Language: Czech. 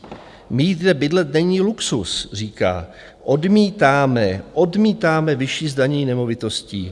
Mít kde bydlet není luxus, říká, odmítáme, odmítáme vyšší zdanění nemovitostí.